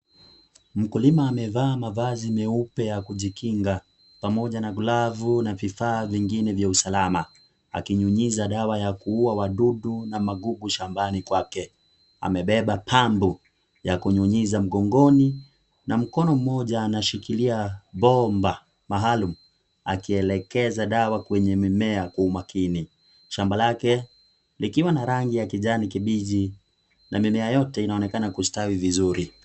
Mkulima amevaa mavazi meupe ya kujikinga, pamoja na glovu na vifaa vingine vya usalama. Akinyunyiza dawa ya kuua wadudu na magugu shambani kwake. Amebeba pampu ya kunyunyiza mgongoni na mkono mmoja anashikilia bomba maalum. Akielekeza dawa kwenye mimea kwa umakini. Shamba lake likiwa na rangi ya kijani kibichi. Na mimea yote inaonekana kustawi vizuri.